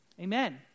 amen